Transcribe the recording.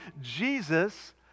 Jesus